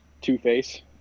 Two-Face